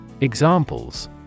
Examples